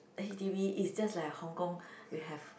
H_d_B is just like Hong-Kong you have